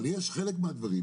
אבל יש גם דברים אחרים,